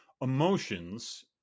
emotions